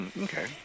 Okay